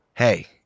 Hey